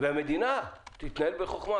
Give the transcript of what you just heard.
והמדינה שתתנהל בחוכמה,